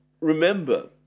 remember